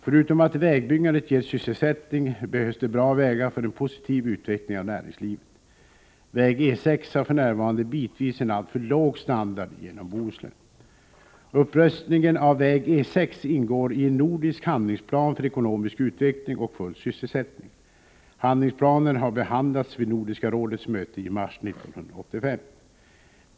Förutom att vägbyggandet ger sysselsättning, behövs det bra vägar för en positiv utveckling av näringslivet. Väg E 6 har för närvarande bitvis en alltför låg standard genom Bohuslän. Upprustningen av väg E 6 ingår i en nordisk handlingsplan för ekonomisk utveckling och full sysselsättning. Handlingsplanen har behandlats vid Nordiska rådets möte i mars 1985.